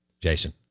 Jason